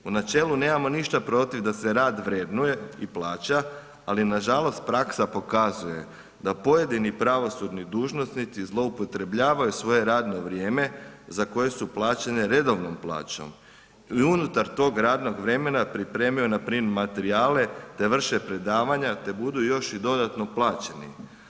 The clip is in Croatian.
U načelu nemamo ništa protiv da s rad vrednuje i plaća ali nažalost praksa pokazuje da pojedini pravosudni dužnosnici zloupotrebljavaju svoje radno vrijeme za koje su plaćeni redovnom plaćom i unutar tog radnog vremena pripremaju npr. materijale te vrše predavanje te budu još i dodatno plaćeni.